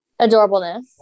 Adorableness